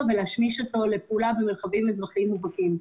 ולהשמיש אותו לפעולה במרחבים אזרחיים מובהקים.